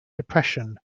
depression